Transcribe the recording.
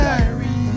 Diary